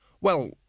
Well